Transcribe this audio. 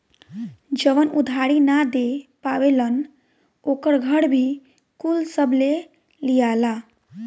जवन उधारी ना दे पावेलन ओकर घर भी कुल सब ले लियाला